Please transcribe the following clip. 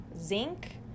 zinc